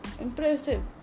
Impressive